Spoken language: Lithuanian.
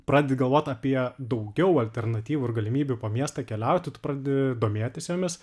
pradedi galvot apie daugiau alternatyvų ir galimybių po miestą keliauti tu pradedi domėtis jomis